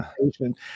patient